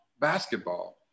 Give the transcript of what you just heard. basketball